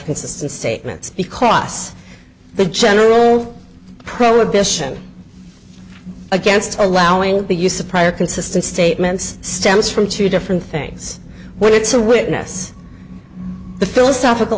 consistent statements because the general prohibition against allowing the use of prior consistent statements stems from two different things when it's a witness the philosophical